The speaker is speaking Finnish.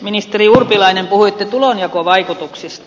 ministeri urpilainen puhuitte tulonjakovaikutuksista